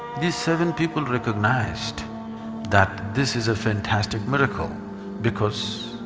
these seven people recognized that this is a fantastic miracle because